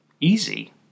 easy